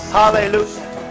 hallelujah